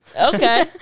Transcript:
okay